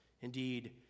Indeed